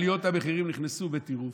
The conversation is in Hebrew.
ועליות המחירים נכנסו בטירוף.